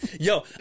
Yo